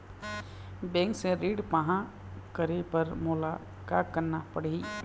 Bank से ऋण पाहां करे बर मोला का करना पड़ही?